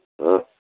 हाँ